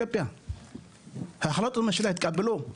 החלטות ממשלה התקבלו,